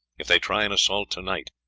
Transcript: if they try an assault to-night,